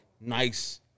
nice